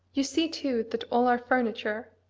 you see too that all our furniture,